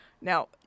Now